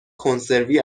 کنسروی